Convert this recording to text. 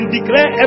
declare